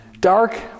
dark